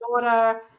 daughter